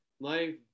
life